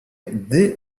dès